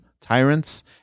tyrants